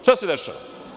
Šta se dešava?